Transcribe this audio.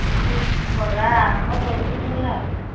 বজাৰ আৰম্ভ কৰিব হ'ল আৰু